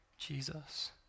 Jesus